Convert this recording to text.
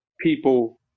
people